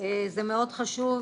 זה מאוד חשוב.